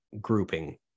grouping